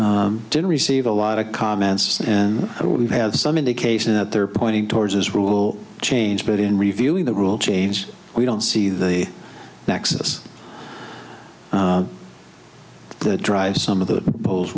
january did receive a lot of comments and we've had some indication that they're pointing towards his rule change but in reviewing the rule change we don't see the nexus that drives some of the polls